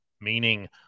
meaning